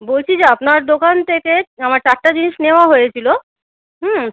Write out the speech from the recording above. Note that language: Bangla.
বলছি যে আপনার দোকান থেকে আমার চারটে জিনিস নেওয়া হয়েছিল হুম